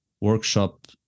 workshop